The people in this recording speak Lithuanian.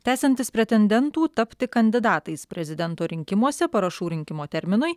tęsiantis pretendentų tapti kandidatais prezidento rinkimuose parašų rinkimo terminui